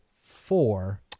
four